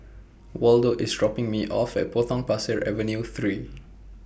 Waldo IS dropping Me off At Potong Pasir Avenue three